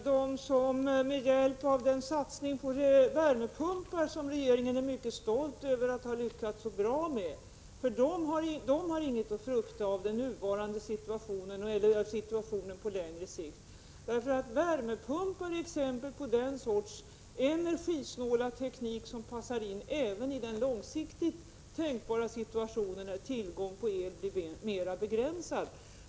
Fru talman! De människor som har installerat värmepumpar — en satsning som regeringen är mycket stolt över att ha lyckats så bra med — har inget att frukta i den nuvarande situationen eller på längre sikt. Värmepumpar är nämligen exempel på den sorts energisnåla teknik som passar in även i långsiktigt tänkbara situationer, där tillgången på el är mera begränsad.